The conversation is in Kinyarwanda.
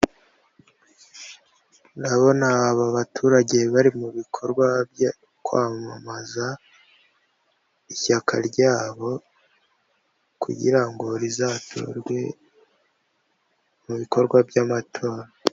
Ndabona aba baturage, bari mu bikorwa byo kwamamaza, ishyaka ryabo kugira ngo rizatorwe mu bikorwa by'amatora.